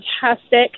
fantastic